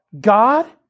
God